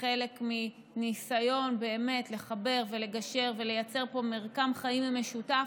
כחלק מניסיון לחבר ולגשר ולייצר פה מרקם חיים משותף,